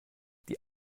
die